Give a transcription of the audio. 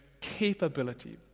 capability